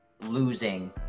losing